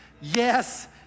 yes